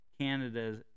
Canada's